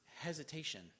hesitation